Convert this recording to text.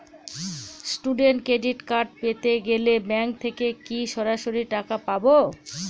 Student credit card পেতে গেলে bank থেকে কি সরাসরি টাকা পাবো?